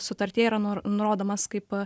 sutartyje yra nurodomas kaip